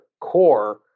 core